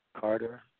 Carter